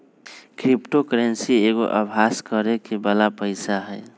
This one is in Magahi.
क्रिप्टो करेंसी एगो अभास करेके बला पइसा हइ